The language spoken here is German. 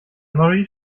memory